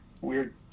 weird